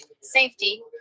Safety